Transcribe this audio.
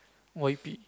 Y P